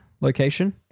location